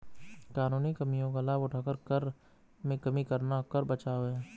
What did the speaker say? कानूनी कमियों का लाभ उठाकर कर में कमी करना कर बचाव है